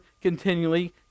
continually